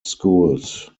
schools